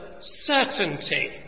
certainty